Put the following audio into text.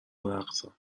برقصم